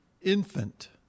infant